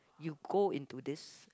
you go into this